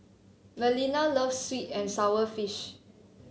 Melina loves sweet and sour fish